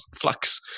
flux